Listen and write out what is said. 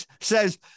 says